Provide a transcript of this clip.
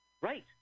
Right